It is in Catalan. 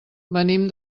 venim